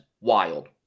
wild